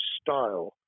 style